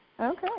Okay